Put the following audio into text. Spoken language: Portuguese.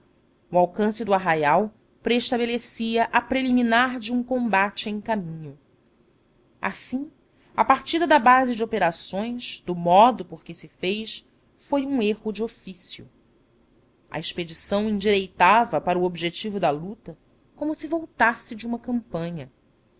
o alcance do arraial preestabelecia a preliminar de um combate em caminho assim a partida da base de operações do modo por que se fez foi um erro de ofício a expedição endireitava para o objetivo da luta como se voltasse de uma campanha